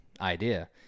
idea